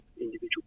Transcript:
individual